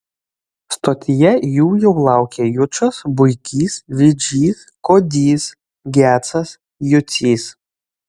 stotyje jų jau laukė jučas buikys vidžys kodys gecas jucys